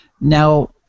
Now